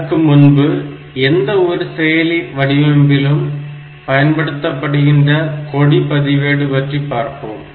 அதற்கு முன்பு எந்த ஒரு செயலி வடிவமைப்பிலும் பயன்படுத்தப்படுகின்ற கொடி பதிவேடு பற்றி பார்ப்போம்